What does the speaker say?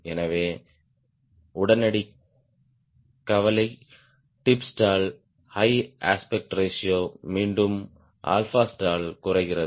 எனவே உடனடி கவலை tip stall high aspect ratio மீண்டும் ஆல்பா ஸ்டால் குறைக்கிறது